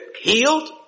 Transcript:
healed